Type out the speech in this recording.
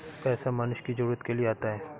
पैसा मनुष्य की जरूरत के लिए आता है